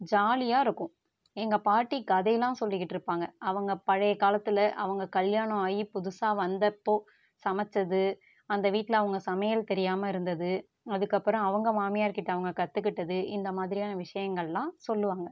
ஜாலியாக இருக்கும் எங்கப் பாட்டி கதையெலாம் சொல்லிக்கிட்டு இருப்பாங்க அவங்க பழைய காலத்தில் அவங்க கல்யாணம் ஆகி புதுசாக வந்தப்போ சமைத்தது அந்த வீட்டில் அவங்க சமையல் தெரியாமல் இருந்தது அதுக்கப்புறம் அவங்க மாமியார்கிட்ட அவங்க கற்றுக்கிட்டது இந்தமாதிரியான விஷயங்கள்லாம் சொல்லுவாங்க